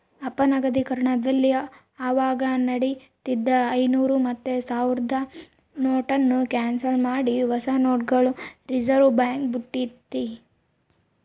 ಅಪನಗದೀಕರಣದಲ್ಲಿ ಅವಾಗ ನಡೀತಿದ್ದ ಐನೂರು ಮತ್ತೆ ಸಾವ್ರುದ್ ನೋಟುನ್ನ ಕ್ಯಾನ್ಸಲ್ ಮಾಡಿ ಹೊಸ ನೋಟುಗುಳ್ನ ರಿಸರ್ವ್ಬ್ಯಾಂಕ್ ಬುಟ್ಟಿತಿ